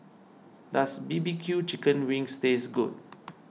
does BBQ Chicken Wings taste good